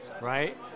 right